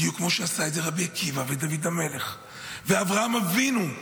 בדיוק כמו שעשה את זה רבי עקיבא ודוד המלך ואברהם אבינו.